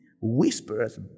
whisperers